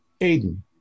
Aiden